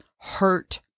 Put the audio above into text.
hurt